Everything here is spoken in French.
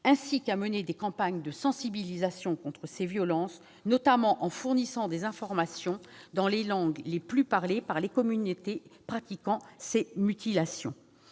ainsi qu'à mener des campagnes de sensibilisation contre ces violences, notamment en fournissant des informations dans les langues les plus parlées par les communautés pratiquant ces mutilations.